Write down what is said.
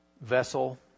vessel